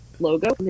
Logo